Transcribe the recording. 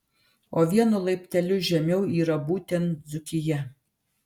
o vienu laipteliu žemiau yra būtent dzūkija